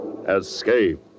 Escape